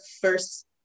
first